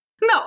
No